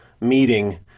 meeting